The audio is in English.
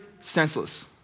senseless